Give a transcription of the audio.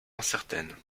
incertaine